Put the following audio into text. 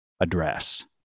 address